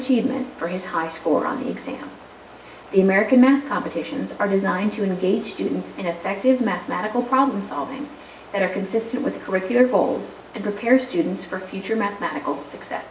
achievement for his high score on the exam the american math competitions are designed to engage students and effective mathematical problem solving and are consistent with curricular goals and prepare students for future mathematical success